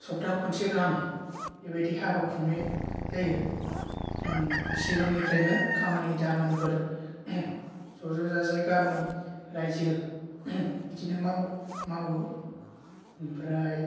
सफ्था खुनसे गाहाम बेबायदि हाबा खुंनाय जायो सिगांनिफ्रायनो खामानि दामानि ज'ज' जाजाय गामि रायजो बिदिनो मावो ओमफ्राय